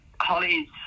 Holly's